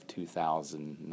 2009